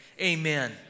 Amen